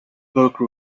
burke